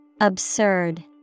Absurd